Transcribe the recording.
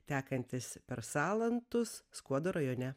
tekantis per salantus skuodo rajone